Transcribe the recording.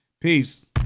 Peace